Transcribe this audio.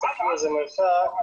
תסתכלו איזה מרחק,